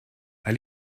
hij